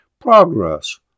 Progress